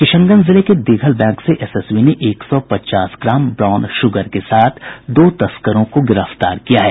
किशनगंज जिले के दिघलबैंक से एसएसबी ने एक सौ पचास ग्राम ब्राउन शुगर के साथ दो तस्करों को गिरफ्तार किया है